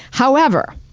however,